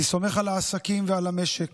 אני סומך על העסקים ועל המשק